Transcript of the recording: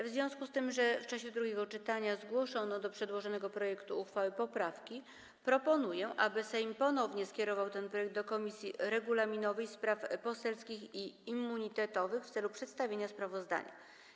W związku z tym, że w czasie drugiego czytania zgłoszono do przedłożonego projektu uchwały poprawki, proponuję, aby Sejm ponownie skierował ten projekt do Komisji Regulaminowej, Spraw Poselskich i Immunitetowych w celu przedstawienia sprawozdania.